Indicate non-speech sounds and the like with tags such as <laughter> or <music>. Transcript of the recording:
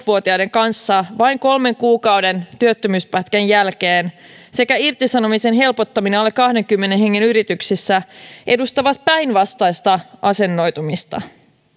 <unintelligible> vuotiaiden kanssa vain kolmen kuukauden työttömyyspätkän jälkeen sekä irtisanomisen helpottaminen alle kahdenkymmenen hengen yrityksissä edustavat päinvastaista asennoitumista